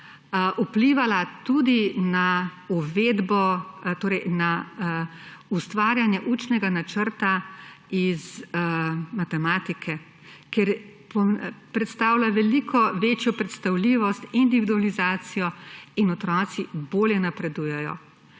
vplivala na ustvarjanje učnega načrta iz matematike, ker predstavlja veliko večjo predstavljivost, individualizacijo in otroci bolje napredujejo.